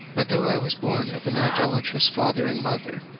but though i was born of an idolatrous father and mother,